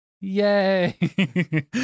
Yay